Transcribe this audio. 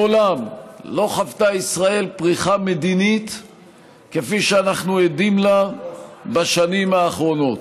מעולם לא חוותה ישראל פריחה מדינית כפי שאנחנו עדים לה בשנים האחרונות.